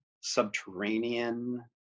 Subterranean